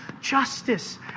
justice